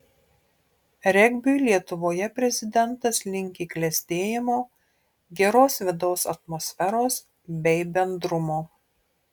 regbiui lietuvoje prezidentas linki klestėjimo geros vidaus atmosferos bei bendrumo